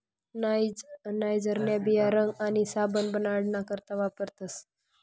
नाइजरन्या बिया रंग आणि साबण बनाडाना करता वापरतस